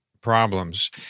problems